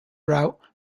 route